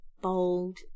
bold